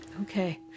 Okay